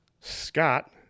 Scott